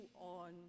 on